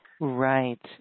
Right